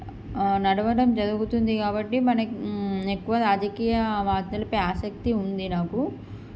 నడవడం జరుగుతుంది కాబట్టి మన ఎక్కువ రాజకీయ వార్తలు పై ఆసక్తి ఉంది నాకు